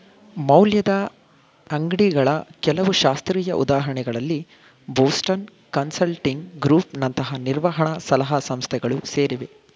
ಮೌಲ್ಯದ ಅಂಗ್ಡಿಗಳ ಕೆಲವು ಶಾಸ್ತ್ರೀಯ ಉದಾಹರಣೆಗಳಲ್ಲಿ ಬೋಸ್ಟನ್ ಕನ್ಸಲ್ಟಿಂಗ್ ಗ್ರೂಪ್ ನಂತಹ ನಿರ್ವಹಣ ಸಲಹಾ ಸಂಸ್ಥೆಗಳು ಸೇರಿವೆ